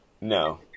No